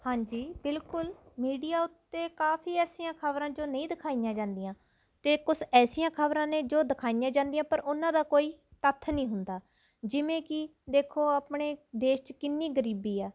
ਹਾਂਜੀ ਬਿਲਕੁਲ ਮੀਡੀਆ ਉੱਤੇ ਕਾਫ਼ੀ ਐਸੀਆਂ ਖਬਰਾਂ ਜੋ ਨਹੀਂ ਦਿਖਾਈਆਂ ਜਾਂਦੀਆਂ ਅਤੇ ਕੁਛ ਐਸੀਆਂ ਖਬਰਾਂ ਨੇ ਜੋ ਦਿਖਾਈਆਂ ਜਾਂਦੀਆਂ ਪਰ ਉਨ੍ਹਾਂ ਦਾ ਕੋਈ ਤੱਥ ਨਹੀਂ ਹੁੰਦਾ ਜਿਵੇਂ ਕਿ ਦੇਖੋ ਆਪਣੇ ਦੇਸ਼ 'ਚ ਕਿੰਨੀ ਗਰੀਬੀ ਹੈ